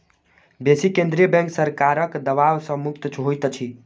बेसी केंद्रीय बैंक सरकारक दबाव सॅ मुक्त होइत अछि